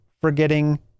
forgetting